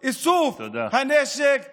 ולראות מקרוב איזה שיתוף נפלא של יזמים,